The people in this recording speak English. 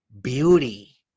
beauty